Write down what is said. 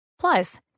Plus